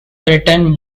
written